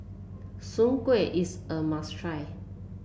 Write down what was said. Soon Kuih is a must try